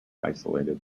isolated